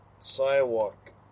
sidewalk